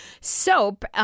soap